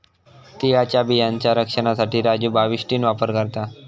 तिळाच्या बियांचा रक्षनासाठी राजू बाविस्टीन वापर करता